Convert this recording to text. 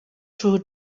sure